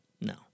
No